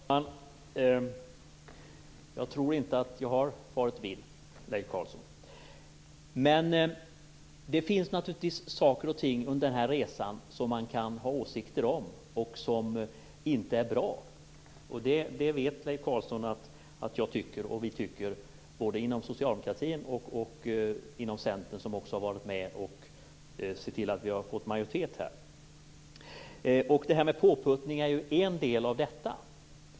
Fru talman! Jag tror inte att jag har farit vill, Leif Carlson. Men det finns naturligtvis saker och ting under resans gång som man kan ha åsikter om och som inte är bra. Det vet Leif Carlson att vi tycker, både inom socialdemokratin och inom Centern som också har varit med och skapat majoritet. Detta med påputtning utgör ju en del.